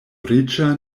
riĉa